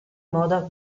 moda